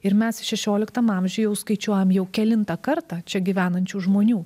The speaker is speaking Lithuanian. ir mes šešioliktam amžiuj jau skaičiuojam jau kelintą kartą čia gyvenančių žmonių